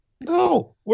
No